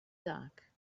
dark